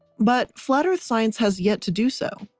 but flat earth science has yet to do so.